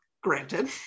Granted